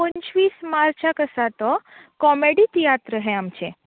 पंचवीस मार्चाक आसा तो कॉमेडी तियात्र हें आमचें